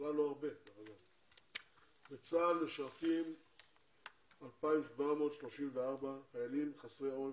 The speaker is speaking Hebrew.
בצה"ל משרתים 2,734 חיילים חסרי עורף